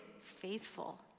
faithful